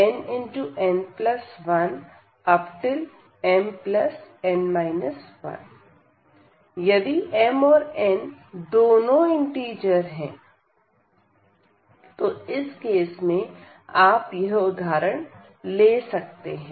nn1mn 1 यदि m और n दोनों इंटिजर है तो इस केस में आप यह उदाहरण ले सकते हैं